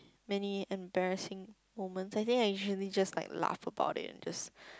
many embarrassing moments I think I usually just like laugh about it and just